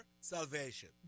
salvation